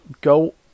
go